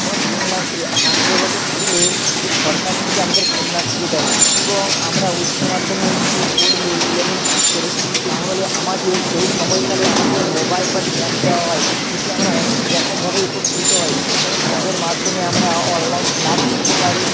যেমন কন্যাশ্রী আঠেরো বছর হলে এ সরকার থেকে আমাদের কন্যাশ্রী দেয় এবং আমরা উচ্চ মাধ্যমিকে পড়লে ইলেভেন পাস করে তাহলে আমাদের সেই সময়কালে আমাদের মোবাইল বা ট্যাব দেওয়া হয় এতে আমরা অনেকরকমভাবেই উপকৃত হই যেমন ট্যাবের মাধ্যমে আমরা অনলাইন ক্লাস করতে পারি